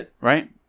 right